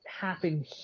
happen